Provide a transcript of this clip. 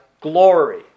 glory